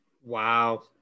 Wow